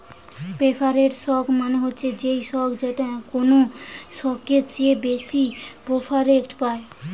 preferred stock মানে হচ্ছে সেই স্টক যেটা কমন স্টকের চেয়ে বেশি প্রেফারেন্স পায়